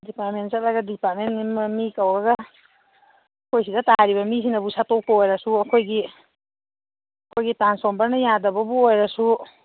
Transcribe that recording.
department ꯆꯠꯂꯒ department ꯃꯤ ꯀꯧꯔꯒ ꯑꯩꯈꯣꯏ ꯁꯤꯗ ꯇꯥꯔꯤꯕ ꯃꯤꯁꯤꯅꯕꯨ ꯁꯠꯇꯣꯛꯄ ꯑꯣꯏꯔꯁꯨ ꯑꯩꯈꯣꯏꯒꯤ ꯑꯩꯈꯣꯏꯒꯤ ꯇ꯭ꯔꯥꯟꯁꯐꯣꯔꯃꯔꯅ ꯌꯥꯗꯕꯕꯨ ꯑꯣꯏꯔꯁꯨ